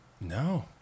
no